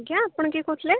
ଆଜ୍ଞା ଆପଣ କିଏ କହୁଥିଲେ